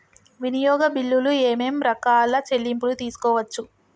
వినియోగ బిల్లులు ఏమేం రకాల చెల్లింపులు తీసుకోవచ్చు?